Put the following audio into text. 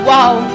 Wow